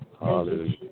Hallelujah